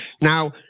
Now